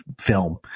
film